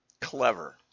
clever